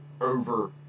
over